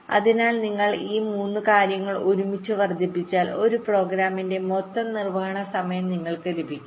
അതിനാൽ നിങ്ങൾ ഈ മൂന്ന് കാര്യങ്ങൾ ഒന്നിച്ച് വർദ്ധിപ്പിച്ചാൽ ഒരു പ്രോഗ്രാമിന്റെ മൊത്തം നിർവ്വഹണ സമയം നിങ്ങൾക്ക് ലഭിക്കും